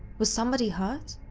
was somebody hurt?